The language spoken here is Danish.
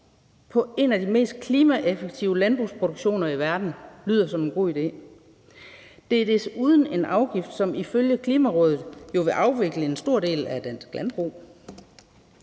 på en af de mest klimaeffektive landbrugsproduktioner i verden lyder som en god idé. Det er desuden en afgift, som ifølge Klimarådet vil afvikle en stor del af dansk landbrug.